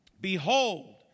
behold